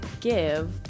give